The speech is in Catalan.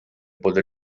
poder